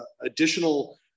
additional